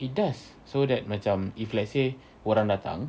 it does so that macam if let's say orang datang